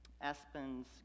Aspens